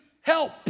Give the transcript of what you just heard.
help